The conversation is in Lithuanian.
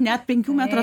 net penkių metrų